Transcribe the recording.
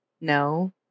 No